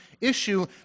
issue